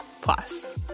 plus